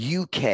uk